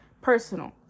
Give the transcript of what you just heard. personal